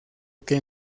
que